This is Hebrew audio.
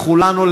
לכולנו,